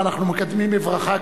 ואנחנו מקדמים אותם בברכה,